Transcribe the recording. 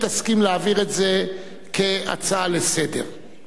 תסכים להעביר את זה כהצעה לסדר-היום.